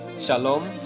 Shalom